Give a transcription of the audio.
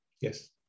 Yes